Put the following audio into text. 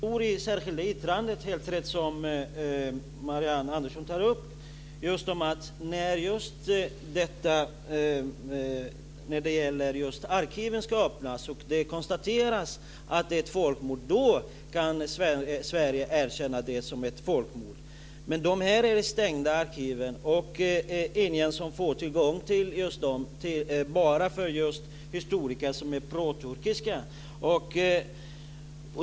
Fru talman! Det står helt riktigt i det särskilda yttrande som Marianne Andersson tar upp att när arkiven öppnas och det konstateras att det är ett folkmord, då kan Sverige erkänna det som ett folkmord. Men de här arkiven är stängda och ingen får tillgång till dem annat än historiker som är proturkiska.